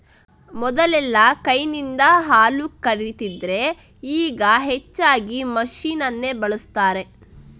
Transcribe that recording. ಮೊದಲೆಲ್ಲಾ ಕೈನಿಂದ ಹಾಲು ಕರೀತಿದ್ರೆ ಈಗ ಹೆಚ್ಚಾಗಿ ಮೆಷಿನ್ ಅನ್ನೇ ಬಳಸ್ತಾರೆ